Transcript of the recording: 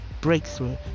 breakthrough